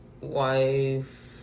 wife